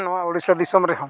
ᱱᱚᱣᱟ ᱩᱲᱤᱥᱥᱟ ᱫᱤᱥᱚᱢ ᱨᱮᱦᱚᱸ